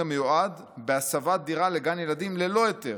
המיועד בהסבת דירה לגן ילדים ללא היתר.